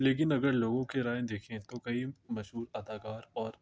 لیکن نگر لوگوں کے رائےن دیکھیں تو کئی مشہور اداکار اور